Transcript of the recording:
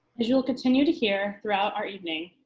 as you'll continue to hear throughout our evening,